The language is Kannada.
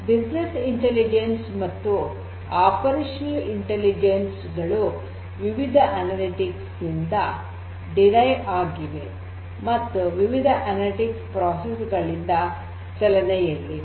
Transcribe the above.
ಬಿಸಿನೆಸ್ ಇಂಟೆಲಿಜೆನ್ಸ್ ಮತ್ತು ಆಪರೇಷನಲ್ ಇಂಟೆಲಿಜೆನ್ಸ್ ಗಳು ವಿವಿಧ ಅನಲಿಟಿಕ್ಸ್ ನಿಂದ ಡಿರೈವ್ ಆಗಿವೆ ಮತ್ತು ವಿವಿಧ ಅನಲಿಟಿಕಲ್ ಪ್ರೋಸೆಸ್ ಗಳಿಂದ ಚಲೆನೆಯಲ್ಲಿವೆ